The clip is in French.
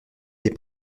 des